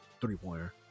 three-pointer